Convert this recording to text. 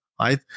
right